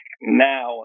now